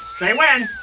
say when.